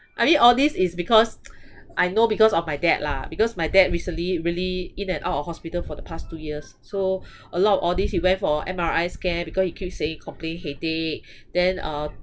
I mean all this is because I know because of my dad lah because my dad recently really in and out of hospital for the past two years so a lot of all these he went for M_R_I scan because he keep saying complaining headache then uh